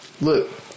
Look